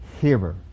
hearer